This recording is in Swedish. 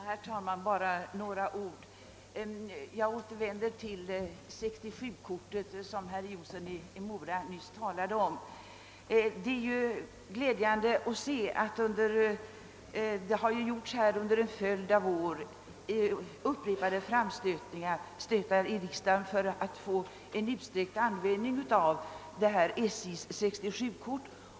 Herr talman! Bara några ord! Jag återvänder till 67-kortet som herr Jonsson i Mora nyss talade om. Det har under en följd av år gjorts upprepade framstötar i riksdagen om en utsträckt användning av SJ:s 67-kort.